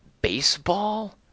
Baseball